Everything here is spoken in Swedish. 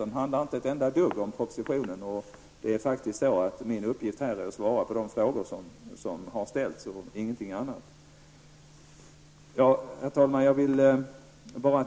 Dessa handlar inte ett enda dugg om propositionen, och det är faktiskt min uppgift här att svara på de frågor som har ställts och ingenting annat. Herr talman!